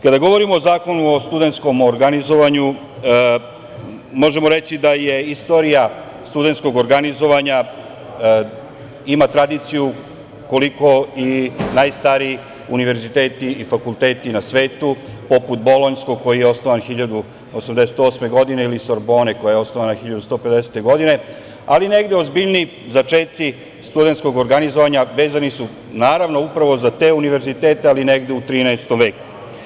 Kada govorimo o zakonu o studentskom organizovanju, možemo reći da istorija studentskog organizovanja ima tradiciju koliko i najstariji univerziteti i fakulteti na svetu, poput Bolonjskog, koji je osnovan 1088. godine ili Sorbone, koja je osnovana 1150. godine, ali negde ozbiljniji začeci studentskog organizovanja vezani su naravno upravo za te univerzitete, ali negde u XIII veku.